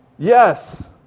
Yes